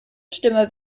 stimme